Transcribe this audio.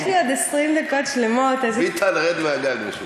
יש לי עוד 20 דקות שלמות, אז, ביטן, רד מהגג.